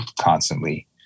constantly